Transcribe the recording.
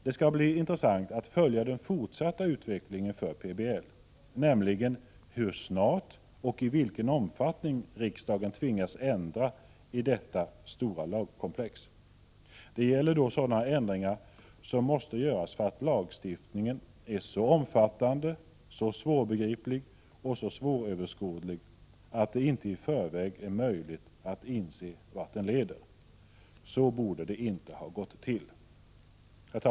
Det skall bli intressant att följa PBL:s fortsatta utveckling och se hur snart och i vilken omfattning riksdagen skall tvingas ändra i detta stora lagkomplex. Det gäller sådana ändringar som måste göras för att lagstiftningen är så omfattande, svårbegriplig och svåröverskådlig att det är omöjligt att i förväg inse vart den kommer att leda. Det borde inte ha gått till på det sättet.